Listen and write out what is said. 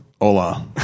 hola